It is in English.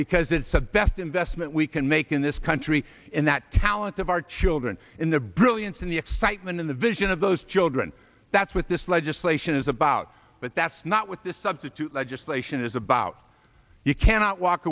because it's the best investment we can make in this country and that talent of our children in the brilliance and the excitement in the vision of those children that's what this legislation is about but that's not what this substitute legislation is about you cannot walk